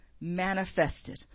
manifested